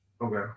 okay